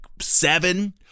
seven